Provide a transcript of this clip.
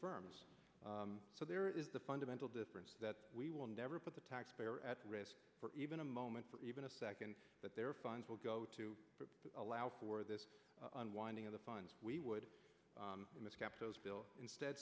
firms so there is the fundamental difference that we will never put the taxpayer at risk for even a moment for even a second that their funds will go to allow for this unwinding of the funds we would